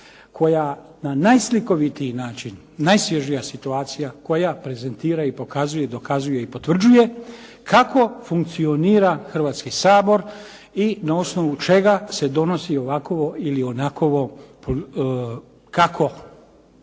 koja na najslikovitiji način, najsvježija situacija koja prezentira i pokazuje, dokazuje i potvrđuje kako funkcionira Hrvatski sabor i na osnovu čega se donosi ovakovo ili onakovo kako taj